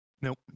Nope